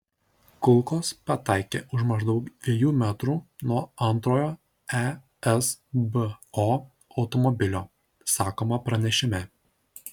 kulkos pataikė už maždaug dviejų metrų nuo antrojo esbo automobilio sakoma pranešime